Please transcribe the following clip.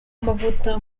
amavuta